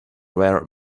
were